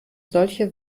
solche